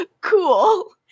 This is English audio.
Cool